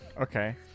Okay